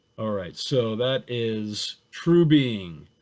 all right, so that is true being.